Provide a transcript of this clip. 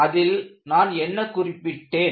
அதில் நான் என்ன குறிப்பிட்டேன்